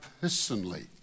personally